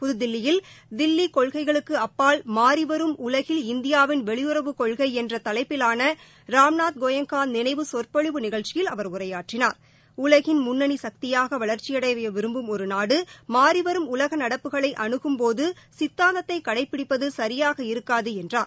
புதுதில்லியில் தில்லி கொள்கைகளுக்கு அப்பால் மாறிவரும் உலகில் இந்தியாவின் வெளியுறவுக் கொள்கை என்ற தலைப்பிலான ராம்நாத் கோயங்கா நினைவு சொற்பொழிவு நிகழ்ச்சியில் அவர் உரையாற்றினார் உலகின் முன்னணி சக்தியாக வளர்ச்சியடைய விரும்பும் ஒரு நாடு மாறிவரும் உலக நடப்புகளை அனுகும்போது சித்தாந்தத்தை கடைபிடிப்பது சரியாக இருக்காது என்றார்